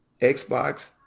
Xbox